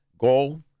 goal